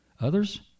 Others